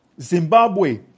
Zimbabwe